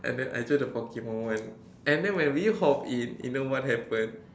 and then I choose the Pokemon one and then when we hopped in you know what happened